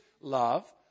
love